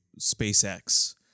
SpaceX